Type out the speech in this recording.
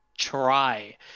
try